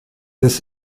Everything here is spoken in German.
des